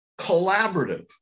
collaborative